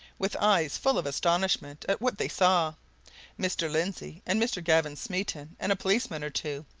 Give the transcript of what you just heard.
with eyes full of astonishment at what they saw mr. lindsey and mr. gavin smeaton, and a policeman or two,